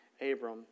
Abram